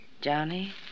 Johnny